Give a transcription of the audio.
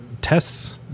tests